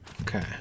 Okay